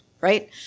right